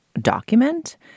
document